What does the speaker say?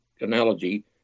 analogy